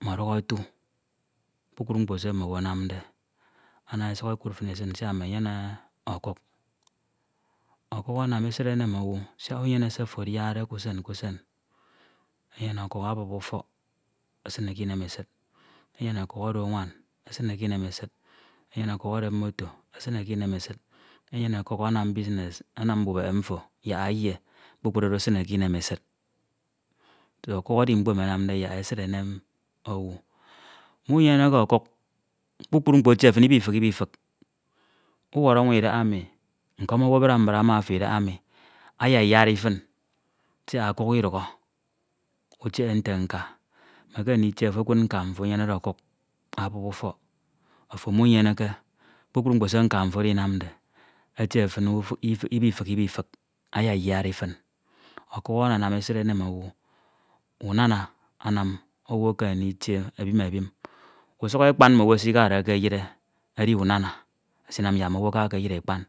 ọmọduk otu kpukpru mkpo se mm’owu anamde ana esuk ekud fin esin siak mmenyene ọkuk, okuk anam esid enem owu, siak unyene se ofo adiade k’usen k’usen, enyene ọkuk abup ufọk, esine k’inem esid, enyene ọkuk odo nwan esine k’inemesid enyene ọkuk anam mbubehe mfo yak eyie, kpukpru oro esine k’inemesid do ọkuk edi mkpo emi anamde yak esid enem owu munyeneke ọkuk, kpukpru mkpo etie fin ibifik ibifik, uwọro anwa idahaemi, nkọm, owu abra mbra ma ofo idahaemi ayayeṅ fin siak. Okuk idukhọ, utiehe nte nka. Mekeme nditie okud nte nka mfo enyene ọkuk abup ufọk, ofo munyeneke, kpukpru mkpo se nka mfo oro inamde etie fin ibifik ibifik, ayengari fin. Ọkuk ananam esid enem owu unana anam owu ekeme nditie ebim ebim, usuk ekpan mm’owu esikade ekeyire edi unana esiñam yak mm’owu aka ekeyire ekpan